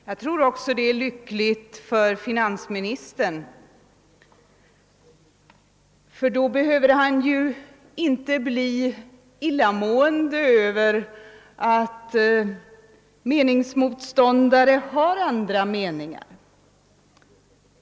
Det vore också lyckligt för finansministern, eftersom han då inte behöver bli illamående av att motståndare har andra meningar.